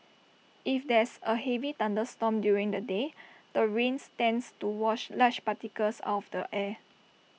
if there's A heavy thunderstorm during the day the rains tends to wash large particles out of the air